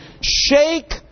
shake